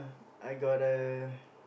I got a